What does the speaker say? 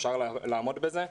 אפשר לעמוד בזה.